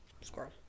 Squirrel